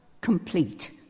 complete